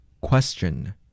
Question